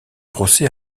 procès